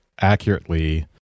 accurately